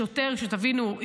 שתבינו,